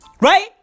Right